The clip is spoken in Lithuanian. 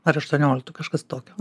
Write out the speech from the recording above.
ar aštuonioliktų kažkas tokio